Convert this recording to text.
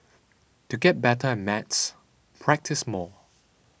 to get better at maths practise more